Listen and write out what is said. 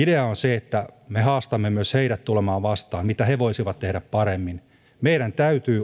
että me haastamme myös heidät tulemaan vastaan siinä mitä he voisivat tehdä paremmin meidän